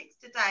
today